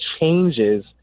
changes